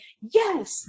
yes